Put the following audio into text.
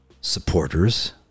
supporters